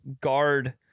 guard